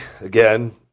again